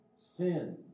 sin